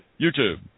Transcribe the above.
YouTube